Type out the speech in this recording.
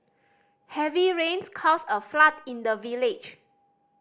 heavy rains caused a flood in the village